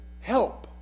help